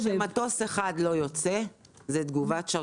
אם מטוס אחד לא יוצא, יש תגובת שרשרת.